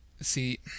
see